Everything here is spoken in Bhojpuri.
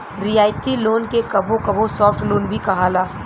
रियायती लोन के कबो कबो सॉफ्ट लोन भी कहाला